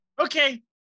okay